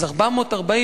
אז 440,